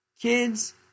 Kids